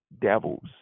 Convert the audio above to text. devils